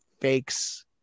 fakes